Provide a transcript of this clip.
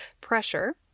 pressure